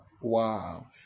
Wow